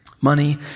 Money